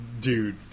Dude